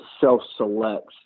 self-selects